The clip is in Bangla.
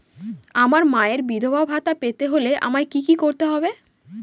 আমার মায়ের বিধবা ভাতা পেতে হলে আমায় কি কি করতে হবে?